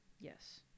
yes